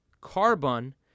carbon